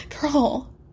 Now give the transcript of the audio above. girl